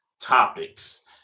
topics